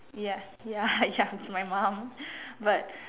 yes ya ya with my mum but